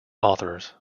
authors